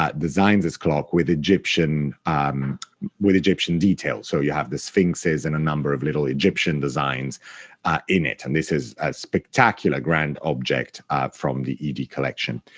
ah designs his clock with egyptian um with egyptian details. so, you have the sphinxes and a number of little egyptian designs in it. and this is a spectacular, grand object from the edey collection.